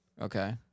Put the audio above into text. Okay